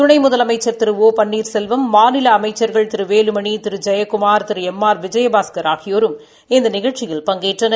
துணை முதலமைச்சா் திரு ஒ பன்னீாசெல்வம் மாநில அமைச்சா்கள் திரு வேலுமணி திரு ஜெயக்குமாா் திரு எம் ஆர் விஜயபாஸ்கர் ஆகியோரும் இந்த நிகழ்ச்சியில் பங்கேற்றனர்